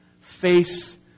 face